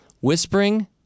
whispering